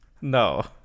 No